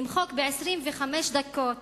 למחוק ב-25 דקות